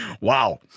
Wow